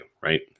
right